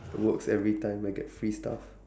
works every time I get free stuff